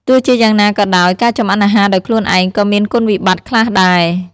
ទោះជាយ៉ាងណាក៏ដោយ ការចម្អិនអាហារដោយខ្លួនឯងក៏មាន គុណវិបត្តិ ខ្លះដែរ។